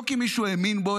לא כי מישהו האמין בו,